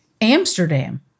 Amsterdam